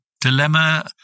dilemma